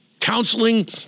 counseling